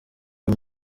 uyu